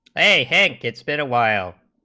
a dank it's been awhile